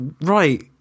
Right